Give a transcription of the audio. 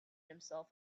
himself